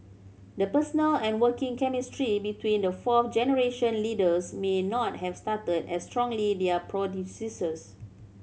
the personal and working chemistry between the fourth generation leaders may not have started as strongly their predecessors